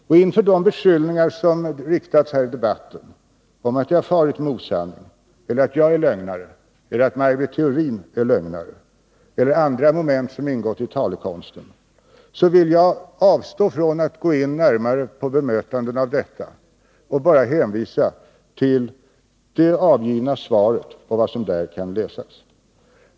När det gäller de beskyllningar som har riktats här i debatten, om att jag farit fram med osanning eller att jag eller Maj Britt Theorin är lögnare, och när det gäller andra moment som ingått i talekonsten, vill jag avstå från att närmare gå in på bemötanden härvidlag. Jag hänvisar bara till det avgivna svaret och vad som där kan läsas.